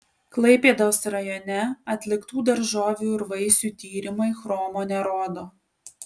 klaipėdos rajone atliktų daržovių ir vaisių tyrimai chromo nerodo